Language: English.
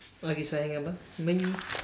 okay so I hang up ah bye